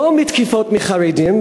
לא מתקיפות חרדים,